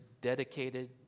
dedicated